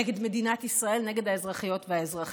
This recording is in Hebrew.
נגד מדינת ישראל, נגד האזרחיות והאזרחים.